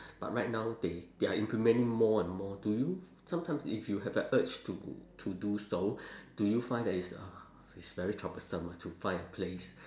but right now they they are implementing more and more do you sometimes if you have a urge to to do so do you find that it's uh it's very troublesome to find a place